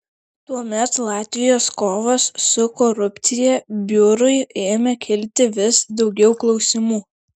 tuomet latvijos kovos su korupcija biurui ėmė kilti vis daugiau klausimų